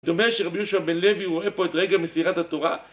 דומה שרבי יושב בן לוי רואה פה את רגע מסירת התורה